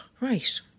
Right